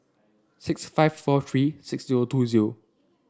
six five four three six zero two zero